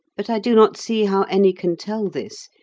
but i do not see how any can tell this,